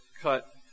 cut